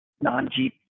non-Jeep